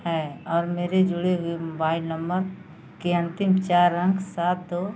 है और मेरे जोड़े हुए मोबाइल नंबर के अंतिम चार अंक सात दो